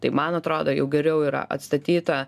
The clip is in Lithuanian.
tai man atrodo jau geriau yra atstatyta